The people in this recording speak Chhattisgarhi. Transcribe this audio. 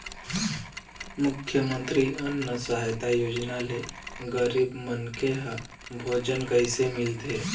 मुख्यमंतरी अन्न सहायता योजना ले गरीब मनखे ह भोजन कइसे मिलथे?